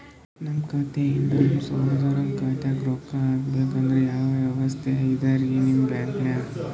ನಮ್ಮ ಖಾತಾದಿಂದ ನಮ್ಮ ಸಹೋದರನ ಖಾತಾಕ್ಕಾ ರೊಕ್ಕಾ ಹಾಕ್ಬೇಕಂದ್ರ ಯಾವ ವ್ಯವಸ್ಥೆ ಇದರೀ ನಿಮ್ಮ ಬ್ಯಾಂಕ್ನಾಗ?